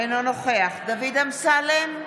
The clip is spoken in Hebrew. אינו נוכח דוד אמסלם,